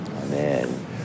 Amen